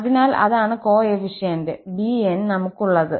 അതിനാൽ അതാണ് കോഎഫിഷ്യന്റ് 𝑏𝑛 നമുക്കുള്ളത്